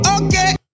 okay